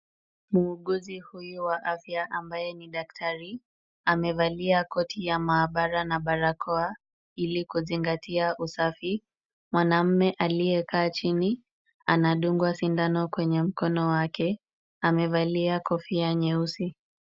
Muuguzi huyu wa afya ambaye ni daktari, amevalia koti ya maabara na barakoa ili kuzingatia usafi. Mwanaume aliyekaa chini, anadungwa sindano kwa mkono yake, amevalia kofia nyeusi.